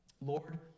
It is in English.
Lord